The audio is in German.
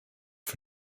für